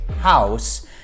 house